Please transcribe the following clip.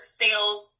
sales